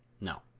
No